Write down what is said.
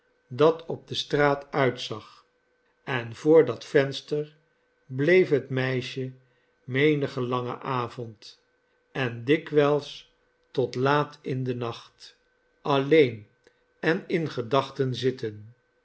dat op de straat uitzag en voor dat venster bleef het meisje menigen langen avbnd en dikwijls tot laat in den nacht alleen en in gedachten zitten